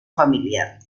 familiar